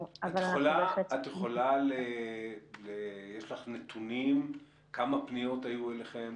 יש לך נתונים כמה פניות היו אליכם,